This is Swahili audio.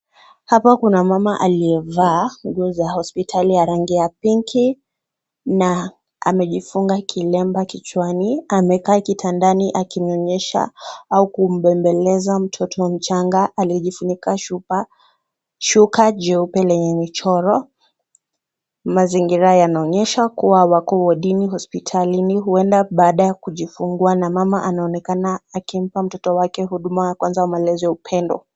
Hapa kuna mama aliyevaa nguo za hosipitali za rangi ya pink na amejifunga kilemba kichwani. Amekaa kitandani akimnyonyesha au kumbembeleza mtoto mchanga .Alijifunika shuka, shuka jeupe lenye michoro. Mazingira yanaonyesha kuwa wako wodini, hosipitalini, huenda baada ya kujifungua na mama anaonekana akimpa mtoto wake huduma ya kwanza ama malezi ya upendo.